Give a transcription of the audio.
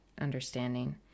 understanding